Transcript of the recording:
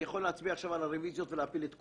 אני יכול להצביע עכשיו על הרביזיות ולהפיל את כולן.